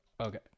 Okay